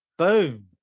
Boom